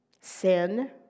sin